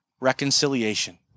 reconciliation